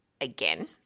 again